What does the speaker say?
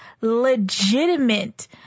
legitimate